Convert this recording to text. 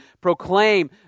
proclaim